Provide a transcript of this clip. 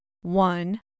one